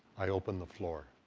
i open the floor.